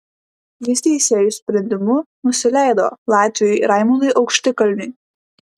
jis teisėjų sprendimu nusileido latviui raimondui aukštikalniui